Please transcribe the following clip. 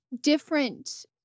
different